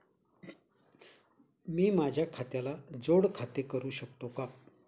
मी माझ्या खात्याला जोड खाते करू शकतो का?